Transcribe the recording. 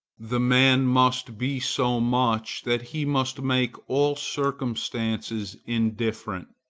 the man must be so much that he must make all circumstances indifferent.